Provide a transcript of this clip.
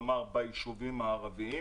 ביישובים הערביים.